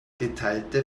geteilte